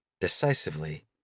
decisively